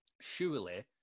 surely